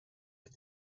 had